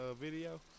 video